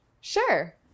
Sure